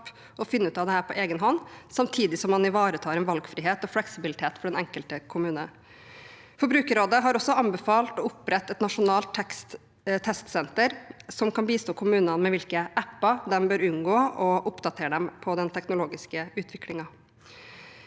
å finne ut av dette på egen hånd, samtidig som man ivaretar en valgfrihet og fleksibilitet for den enkelte kommune. Forbrukerrådet har også anbefalt å opprette et nasjonalt testsenter som kan bistå kommunene med hvilke apper de bør unngå, og oppdatere dem på den teknologiske utviklingen.